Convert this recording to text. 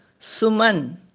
Suman